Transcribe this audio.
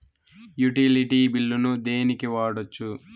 Utility బిల్లులను దేనికి వాడొచ్చు?